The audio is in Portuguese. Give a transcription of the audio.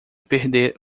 perder